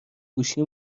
گوشی